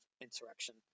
insurrection